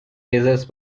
razors